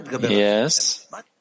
Yes